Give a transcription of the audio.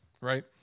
right